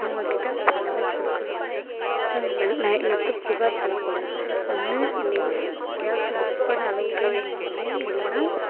நான் உங்கள் கிட்டே பணமேக் கொடுக்க மாட்டேன் ம் வென் நெய் நான் போய் புகார் பண்ண போகிறேன் ஒன்று நீங்கள் கேப் புக் பண்ண அளவுக்கே நீங்கள் வாங்கணும் இல்லைன்னா